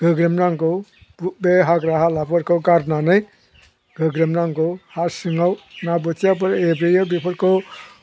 गोग्रोमनांगौ बे हाग्रा हालाफोरखौ गारनानै गोग्रोमनांगौ हा सिङाव ना बोथियाफोर एब्रेयो बेफोरखौ